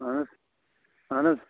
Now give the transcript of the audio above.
اَہَن حظ